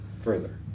further